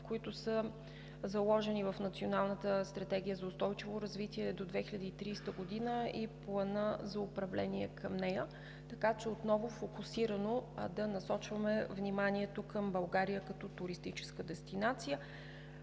заложени в Националната стратегия за устойчиво развитие до 2030 г. и в Плана за управление към нея, така че отново фокусирано да насочваме вниманието към България като туристическа дестинация.